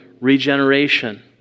regeneration